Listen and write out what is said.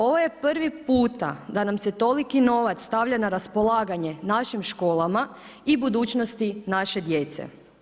Ovo je prvi puta da nam se toliki novac stavlja na raspolaganje našim školama i budućnosti naše djece.